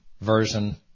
version